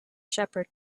shepherd